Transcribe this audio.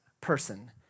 person